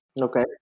Okay